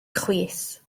chwith